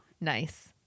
nice